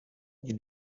you